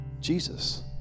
Jesus